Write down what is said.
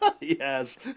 Yes